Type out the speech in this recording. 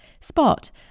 Spot